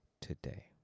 today